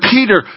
Peter